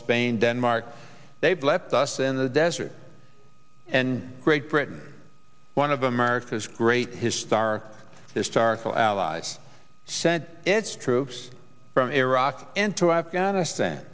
spain denmark they've left us in the desert and great britain one of america's great his start to startle allies sent its troops from iraq into afghanistan